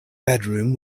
bedroom